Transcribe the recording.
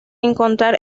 encontrar